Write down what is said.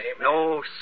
no